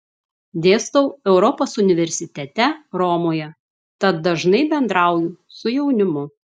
dėstau europos universitete romoje tad dažnai bendrauju su jaunimu